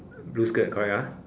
blue skirt correct ah